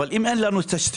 אבל אם אין לנו תשתיות,